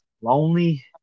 lonely